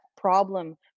problem